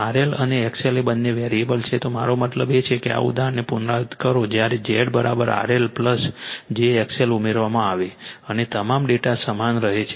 RL અને XL એ બંને વેરીએબલ છે મારો મતલબ છે કે આ ઉદાહરણને પુનરાવર્તિત કરો જ્યારે Z RL j XL ઉમેરવામાં આવે અને તમામ ડેટા સમાન રહે છે